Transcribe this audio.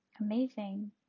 Amazing